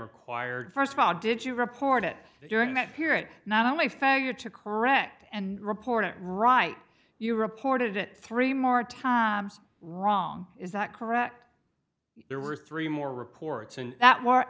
required first of all did you report it during that period not only fagor to correct and report it right you reported it three more times wrong is that correct there were three more reports and that